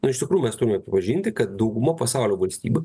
nu iš tikrųju mes turime pripažinti kad dauguma pasaulio valstybių